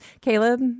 Caleb